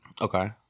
Okay